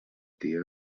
tir